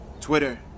Twitter